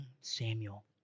Samuel